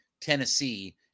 Tennessee